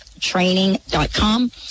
training.com